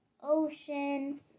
ocean